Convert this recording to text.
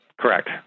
Correct